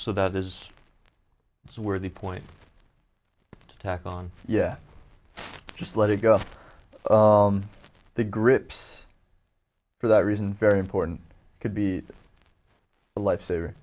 so that is where the point tack on yeah just let it go to grips for that reason very important could be a lifesaver